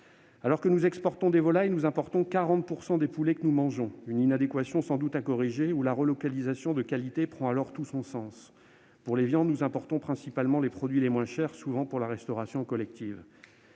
Alors que nous exportons des volailles, nous importons 40 % des poulets que nous mangeons ; il convient de corriger cette inadéquation pour que la relocalisation de qualité prenne tout son sens. Pour les viandes, nous importons principalement les produits les moins chers, souvent pour la restauration collective.